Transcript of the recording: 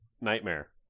Nightmare